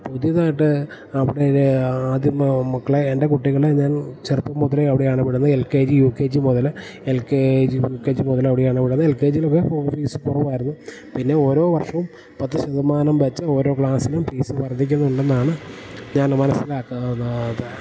പുതിയതായിട്ട് ആദ്യം മക്കളെ എൻ്റെ കുട്ടികളെ ഞാൻ ചെറുപ്പം മുതലേ അവിടെയാണ് വിടുന്നത് L K G U K G മുതലേ L K G U K G മുതല് അവിടെയാണ് വിടുന്നത് എൽ കെ ജിയിലൊക്കെ സ്കൂൾ ഫീസ് കുറവായിരുന്നു പിന്നെ ഓരോ വർഷവും പത്ത് ശതമാനം വെച്ച് ഓരോ ക്ലാസ്സിലും ഫീസ് വർദ്ധിക്കുന്നുണ്ടെന്നാണ് ഞാൻ മനസ്സിലാക്കുന്നത്